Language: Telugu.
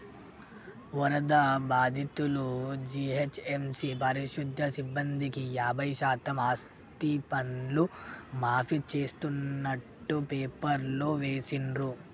వరద బాధితులు, జీహెచ్ఎంసీ పారిశుధ్య సిబ్బందికి యాభై శాతం ఆస్తిపన్ను మాఫీ చేస్తున్నట్టు పేపర్లో వేసిండ్రు